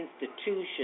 institution